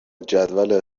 جدول